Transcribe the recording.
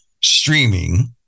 streaming